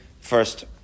first